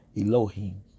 Elohim